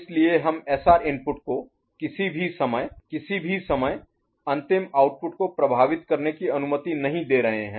इसलिए हम SR input को किसी भी समय किसी भी समय अंतिम आउटपुट को प्रभावित करने की अनुमति नहीं दे रहे हैं